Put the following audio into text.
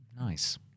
Nice